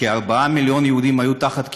כ-4 מיליון יהודים היו תחת כיבוש,